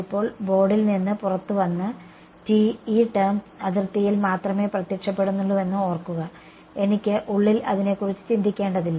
ഇപ്പോൾ ബോർഡിൽ നിന്ന് പുറത്തുവന്ന് ഈ ടേo അതിർത്തിയിൽ മാത്രമേ പ്രത്യക്ഷപ്പെടുന്നുള്ളൂവെന്ന് ഓർക്കുക എനിക്ക് ഉള്ളിൽ അതിനെക്കുറിച്ച് ചിന്തിക്കേണ്ടതില്ല